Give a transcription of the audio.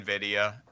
NVIDIA